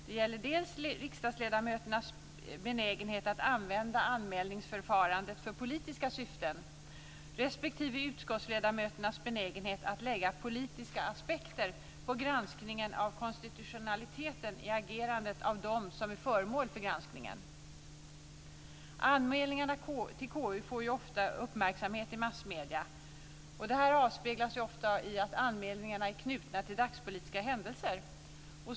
Det gäller dels riksdagsledamöternas benägenhet att använda anmälningsförfarandet för politiska syften, dels utskottsledamöternas benägenhet att lägga politiska aspekter på granskningen av konstitutionaliteten i agerandet hos dem som är föremål för granskningen. Anmälningarna till KU får ju ofta uppmärksamhet i massmedierna. Det här avspeglas ofta i att anmälningarna är knutna till dagspolitiska händelser.